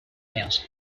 males